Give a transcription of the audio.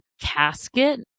casket